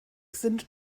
sind